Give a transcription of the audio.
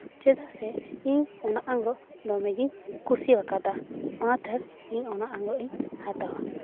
ᱪᱮᱫᱟᱜ ᱥᱮ ᱤᱧ ᱚᱱᱟ ᱟᱝᱨᱚᱵᱽ ᱫᱚᱢᱮ ᱜᱤᱧ ᱠᱩᱥᱤ ᱟᱠᱟᱫᱟ ᱚᱱᱟᱛᱮ ᱤᱧ ᱚᱱᱟ ᱟᱝᱨᱚᱵᱽ ᱤᱧ ᱦᱟᱛᱟᱣᱟ